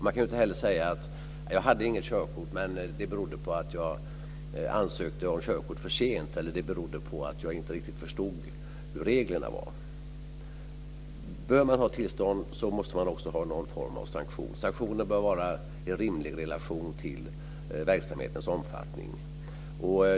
Man kan inte heller säga: Jag hade inget körkort, men det berodde på att jag ansökte om körkort för sent eller på att jag inte riktigt förstod hur reglerna var. Behöver man ha tillstånd måste det också vara någon form av sanktioner. Sanktionerna bör vara i rimlig relation till verksamhetens omfattning.